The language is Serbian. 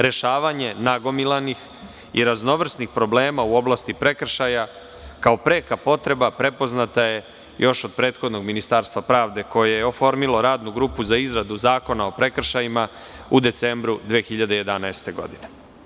Rešavanje nagomilanih i raznovrsnih problema u oblasti prekršaja kao preka potreba prepoznata je još od prethodnog Ministarstva pravde koje je oformilo Radnu grupu za izradu Zakona o prekršajima u decembru 2011. godine.